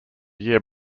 year